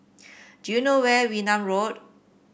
do you know where Wee Nam Road